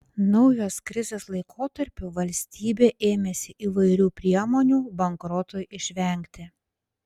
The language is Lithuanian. naujos krizės laikotarpiu valstybė ėmėsi įvairių priemonių bankrotui išvengti